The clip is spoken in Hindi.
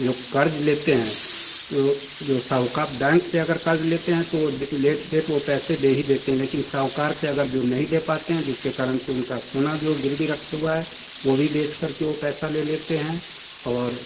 जो कर्ज लेते हैं तो जो साहूकार बैंक से अगर कर्ज लेते हैं तो वो लेट से वो पैसे दे ही देते हैं लेकिन साहूकार के अगर जो नहीं दे पाते हैं जिसके कारण से उनका सोना जो वो गिरवी रखे हुआ है वो भी बेच करके वो पैसा ले लेते हैं और